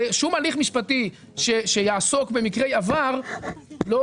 שום הליך משפטי שיעסוק במקרה עבר לא